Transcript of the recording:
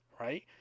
right